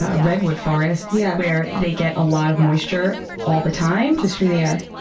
ah redwood forests yeah where they get a lot of moisture all the time. just from the air.